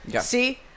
See